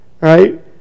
Right